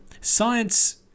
science